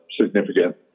significant